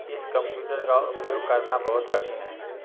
इस कंप्यूटर का उपयोग करना बहुत कठिन है